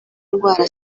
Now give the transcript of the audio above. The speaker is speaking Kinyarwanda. indwara